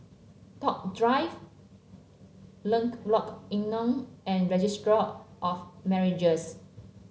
Toh Drive Lenglok Enam and Registry of Marriages